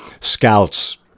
Scouts